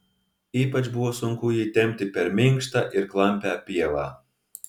ypač buvo sunku jį tempti per minkštą ir klampią pievą